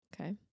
Okay